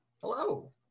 hello